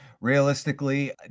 realistically